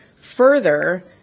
further